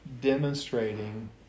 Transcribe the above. demonstrating